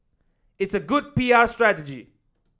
it's a good P R strategy